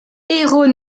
héros